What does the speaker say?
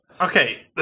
Okay